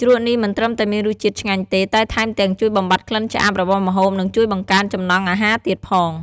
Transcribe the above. ជ្រក់នេះមិនត្រឹមតែមានរសជាតិឆ្ងាញ់ទេ តែថែមទាំងជួយបំបាត់ក្លិនឆ្អាបរបស់ម្ហូប និងជួយបង្កើនចំណង់អាហារទៀតផង។